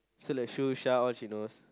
so like Shu Shah all she knows